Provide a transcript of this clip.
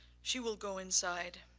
she will go inside.